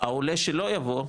העולה שלא יבוא,